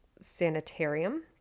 sanitarium